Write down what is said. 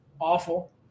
awful